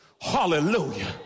Hallelujah